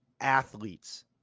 athletes